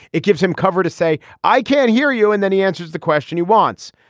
it gives him cover to say i can't hear you and then he answers the question he wants.